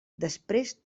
després